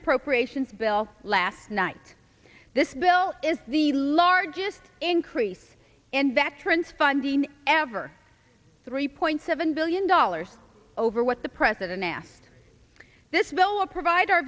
appropriations bill last night this bill is the largest increase in veterans funding ever three point seven billion dollars over what the president asked this